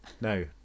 no